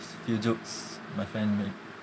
few jokes my friend make